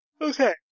Okay